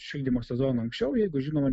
šildymo sezoną anksčiau jeigu žinoma